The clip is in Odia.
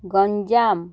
ଗଞ୍ଜାମ